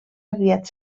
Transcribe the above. aviat